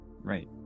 Right